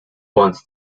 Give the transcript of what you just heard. wants